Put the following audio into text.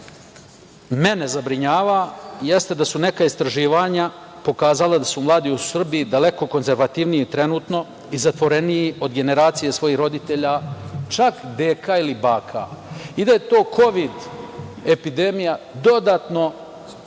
mene zabrinjava jeste da su neka istraživanja pokazala da su mladi u Srbiji daleko konzervativniji trenutno i zatvoreniji od generacije svojih roditelja, čak deka ili baka i da je to kovid epidemija dodatno,